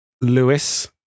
Lewis